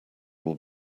will